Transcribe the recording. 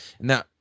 Now